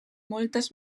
moltes